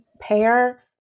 pair